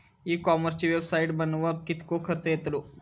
E कॉमर्सची website बनवक किततो खर्च येतलो?